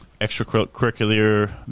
extracurricular